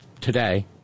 Today